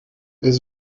est